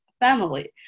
family